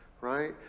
right